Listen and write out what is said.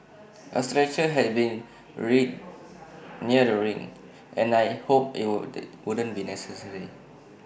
A stretcher had been readied near the ring and I hoped IT wouldn't be necessary